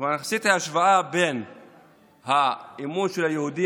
עשיתי השוואה בין האמון של היהודים